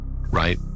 right